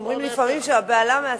אומרים לי השרים שהבהלה מהשטן.